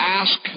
ask